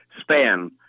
span